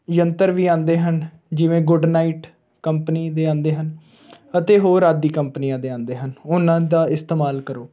ਯੰਤਰ ਵੀ ਆਉਂਦੇ ਹਨ ਜਿਵੇਂ ਗੁਡ ਨਾਈਟ ਕੰਪਨੀ ਦੇ ਆਉਂਦੇ ਹਨ ਅਤੇ ਹੋਰ ਆਦਿ ਕੰਪਨੀਆਂ ਦੇ ਆਉਂਦੇ ਹਨ ਉਹਨਾਂ ਦਾ ਇਸਤੇਮਾਲ ਕਰੋ